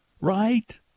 Right